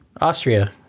Austria